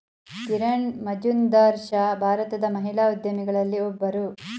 ಕಿರಣ್ ಮಜುಂದಾರ್ ಶಾ ಭಾರತದ ಮಹಿಳಾ ಉದ್ಯಮಿಗಳಲ್ಲಿ ಒಬ್ಬರು